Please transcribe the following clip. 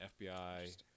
FBI